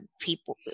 people